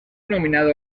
nominado